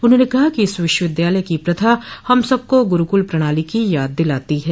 उन्होंने कहा कि इस विश्वविद्यालय की प्रथा हम सबको गुरूकुल प्रणाली की याद दिलाती है